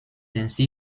ainsi